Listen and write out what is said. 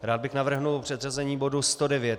Rád bych navrhl předřazení bodu 109.